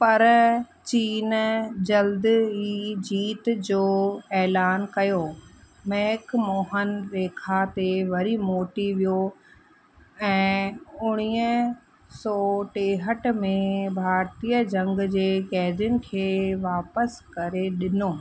पर चीन जल्दु ई जीत जो ऐलानु कयो मैकमोहन रेखा ते वरी मोटी वियो ऐं उणिवीह सौ टेहठि में भारतीय जंग जे क़ैदियुनि खे वापसि करे ॾिनो